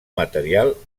material